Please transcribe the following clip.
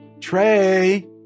Trey